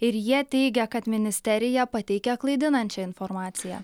ir jie teigia kad ministerija pateikia klaidinančią informaciją